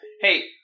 Hey